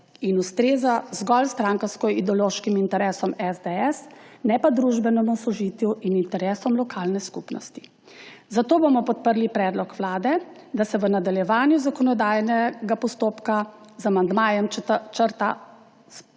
in ustreza zgolj strankarskoideološkim interesom SDS, ne pa družbenemu sožitju in interesom lokalne skupnosti. Zato bomo podprli predlog Vlade, da se v nadaljevanju zakonodajnega postopka z amandmajem črtata